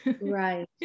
Right